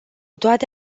toate